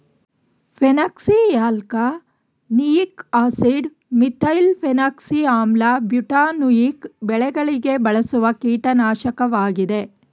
phenoxyalkanoic acid, methylphenoxy ಆಮ್ಲ, butanoic ಬೆಳೆಗಳಿಗೆ ಬಳಸುವ ಕೀಟನಾಶಕವಾಗಿದೆ